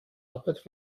arbeit